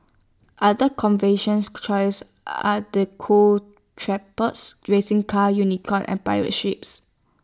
other choices are the cool tripods racing car unicorn and pirate ships